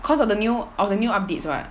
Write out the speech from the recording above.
cause of the new of the new updates [what]